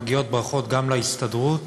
מגיעות ברכות גם להסתדרות